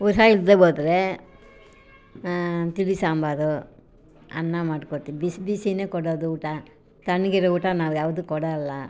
ಹುಷಾರಿಲ್ದೇ ಹೋದ್ರೆ ತಿಳಿ ಸಾಂಬಾರು ಅನ್ನ ಮಾಡ್ಕೊಡ್ತೀನಿ ಬಿಸಿ ಬಿಸಿಯೇ ಕೊಡೋದು ಊಟ ತಣ್ಣಗಿರೋ ಊಟ ನಾವ್ಯಾವುದು ಕೊಡೋಲ್ಲ